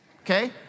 okay